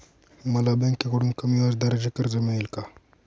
मला बँकेकडून कमी व्याजदराचे कर्ज मिळेल का?